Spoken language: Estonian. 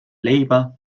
leiba